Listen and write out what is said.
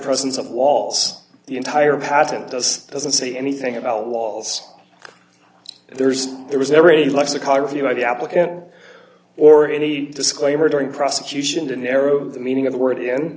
presence of walls the entire patent does doesn't say anything about walls there's there was never a lexicography by the applicant or d any disclaimer during prosecution to narrow the meaning of the word in